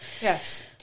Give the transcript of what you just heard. Yes